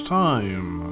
time